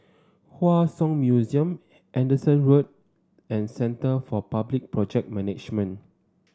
Hua Song Museum Henderson Road and Centre for Public Project Management